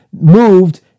moved